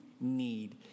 need